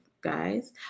guys